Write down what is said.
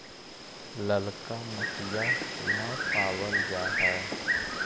ललका मिटीया न पाबल जा है?